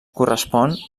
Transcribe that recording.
correspon